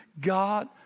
God